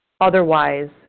Otherwise